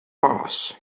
pas